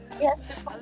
Yes